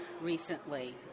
recently